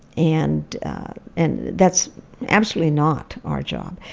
and and that's absolutely not our job,